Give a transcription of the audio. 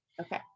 Okay